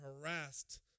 harassed